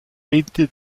lehnte